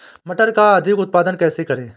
मटर का अधिक उत्पादन कैसे करें?